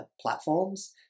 platforms